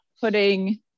putting